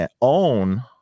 own